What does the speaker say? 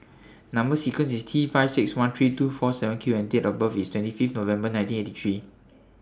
Number sequence IS T five six one three two four seven Q and Date of birth IS twenty Fifth November nineteen eighty three